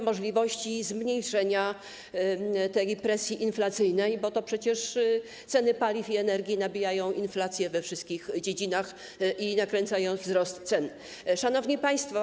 Możliwości zmniejszenia presji inflacyjnej szuka się u źródła, bo to przecież ceny paliw i energii nabijają inflację we wszystkich dziedzinach i nakręcają wzrost cen. Szanowni Państwo!